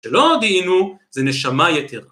שלא הודיעינו, זה נשמה יתרה.